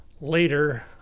later